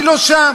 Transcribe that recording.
אני לא שם.